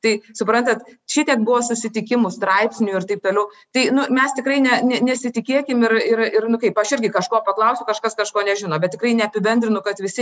tai suprantat šitiek buvo susitikimų straipsnių ir taip toliau tai nu mes tikrai ne ne nesitikėkim ir ir ir nu kaip aš irgi kažko paklausiu kažkas kažko nežino bet tikrai neapibendrinu kad visi